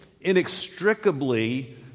inextricably